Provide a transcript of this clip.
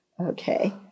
Okay